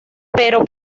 pero